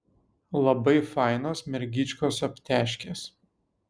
labai fainos mergyčkos aptežkės